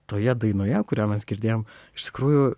toje dainoje kurią mes girdėjom iš tikrųjų